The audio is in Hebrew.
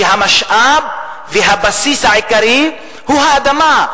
שהמשאב שלה והבסיס העיקרי שלה הוא האדמה.